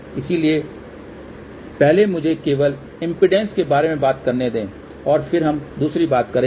इसलिए पहले मुझे केवल इम्पीडेन्स के बारे में बात करने दें और फिर हम दूसरी बात करेंगे